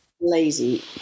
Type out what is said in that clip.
Lazy